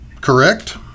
Correct